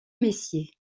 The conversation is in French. messier